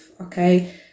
okay